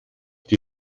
die